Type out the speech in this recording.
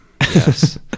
Yes